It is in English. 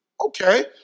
Okay